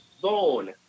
zone